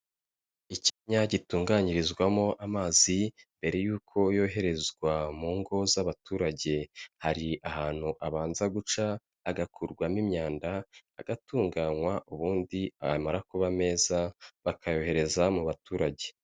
Ikinya gitunganyirizwamo amazi mbere yuko yoherezwa mu ngo z'abaturage, hari ahantu abanza guca hagakurwamo imyanda, agatunganywa ubundi yamara kuba meza bakayohereza mu baturage.